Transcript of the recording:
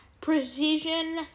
Precision